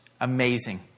amazing